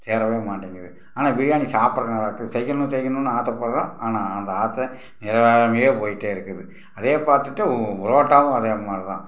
சேரவே மாட்டேங்கிது ஆனால் பிரியாணி சாப்பிட்ற நேரத்தில் செய்யணும் செய்யணும்னு ஆசைப்பட்றோம் ஆனால் அந்த ஆசை நிறைவேறாமயே போய்கிட்டே இருக்குது அதே பார்த்துட்டு புரோட்டாவும் அதேமாதிரிதான்